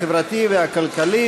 החברתי והכלכלי,